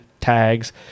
tags